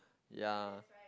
ya